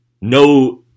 no